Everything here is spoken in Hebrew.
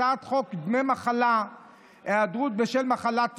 הצעת חוק דמי מחלה (היעדרות בשל מחלת ילד).